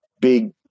big